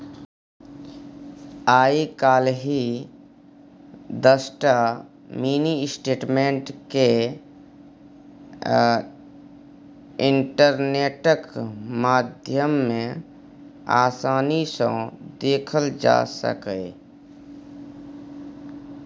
आइ काल्हि दसटा mini statement केँ इंटरनेटक माध्यमे आसानी सँ देखल जा सकैए